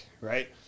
right